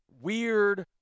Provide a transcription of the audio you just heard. weird